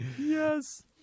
Yes